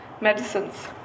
medicines